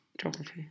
Geography